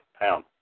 pound